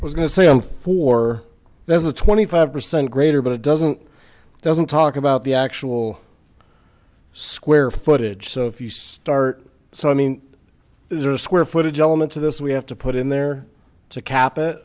there's was going to say i'm for there's a twenty five percent greater but it doesn't doesn't talk about the actual square footage so if you start so i mean is there a square footage element to this we have to put in there to cap it